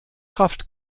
kraft